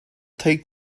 take